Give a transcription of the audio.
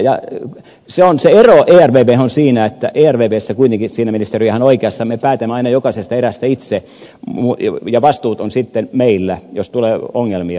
ja se ero ervvhen on siinä että ervvssä kuitenkin siinä ministeri on ihan oikeassa me päätämme aina jokaisesta erästä itse ja vastuut ovat sitten meillä jos tulee ongelmia